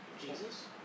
Jesus